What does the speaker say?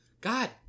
god